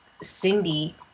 Cindy